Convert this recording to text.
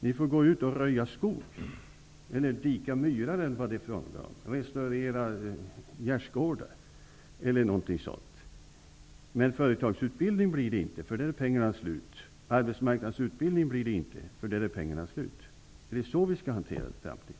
Ni får gå ut och röja skog, dika myrar eller restaurera gärdsgårdar. Men någon företagsutbildning blir det inte, för de pengarna är slut. Arbetsmarknadsutbildning blir det inte, för de pengarna är slut. Är det så vi skall hantera det i framtiden?